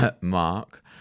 mark